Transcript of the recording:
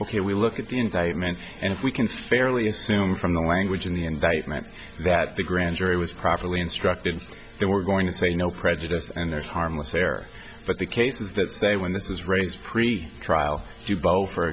here we look at the indictment and if we can fairly assume from the language in the indictment that the grand jury was properly instructed they were going to say no prejudice and they're harmless error but the cases that say when this was raised three trial you both for